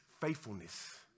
faithfulness